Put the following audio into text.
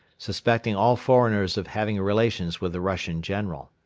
suspecting all foreigners of having relations with the russian general.